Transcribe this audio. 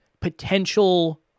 potential